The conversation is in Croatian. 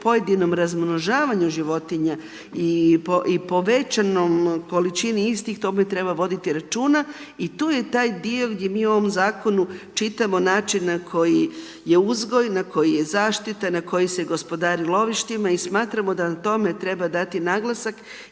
pojedinom razmnožavanja životinja i povećanom količini istih o tome treba voditi računa i to je taj dio di mi u ovom zakonu čitamo način, na koji je uzgoj, na koji je zaštita, na koji se gospodaru lovištima i smatramo da na tome treba dati naglasak